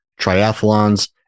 triathlons